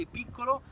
piccolo